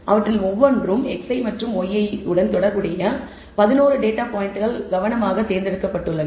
அவற்றில் ஒவ்வொன்றும் xi மற்றும் yi உடன் தொடர்புடைய 11 டேட்டா பாயிண்ட்கள் கவனமாக தேர்ந்தெடுக்கப்பட்டுள்ளன